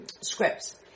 Scripts